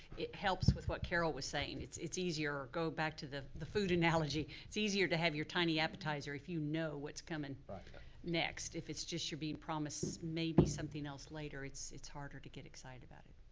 it helps with what carol was saying. it's it's easier, go back to the the food analogy. it's easier to have your tiny appetizer if you know what's comin' next. if it's just you're bein' promised maybe something else later, it's it's harder to get excited about it.